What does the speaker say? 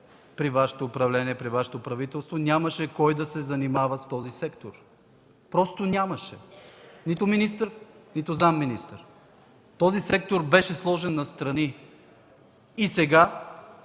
при управлението на Вашето правителство нямаше кой да се занимава с този сектор. Просто нямаше нито министър, нито заместник-министър. Този сектор беше сложен настрани и сега